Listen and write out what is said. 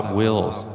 wills